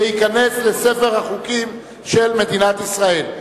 ותיכנס לספר החוקים של מדינת ישראל.